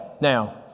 Now